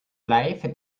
life